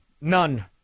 None